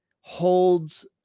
holds